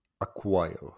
acquire